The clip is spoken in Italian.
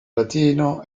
latino